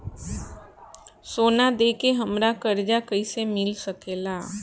सोना दे के हमरा कर्जा कईसे मिल सकेला?